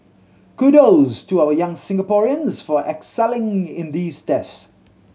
kudos to our young Singaporeans for excelling in these tests